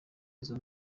izo